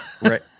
Right